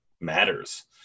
matters